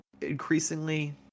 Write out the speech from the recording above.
increasingly